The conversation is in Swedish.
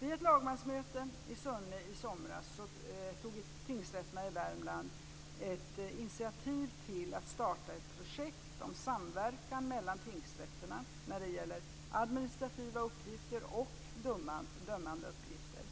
Vid ett lagmansmöte i Sunne i somras tog tingsrätterna i Värmland initiativ till att starta ett projekt om samverkan mellan tingsrätterna när det gäller administrativa uppgifter och dömande uppgifter.